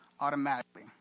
automatically